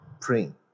praying